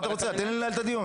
תן לי לנהל את הדיון.